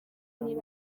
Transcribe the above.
muri